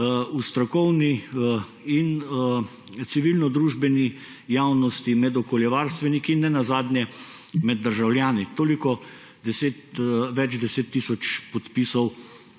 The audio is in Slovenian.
v strokovni in civilno-družbeni javnosti, med okoljevarstveniki in nenazadnje med državljani. Toliko, več deset tisoč podpisov,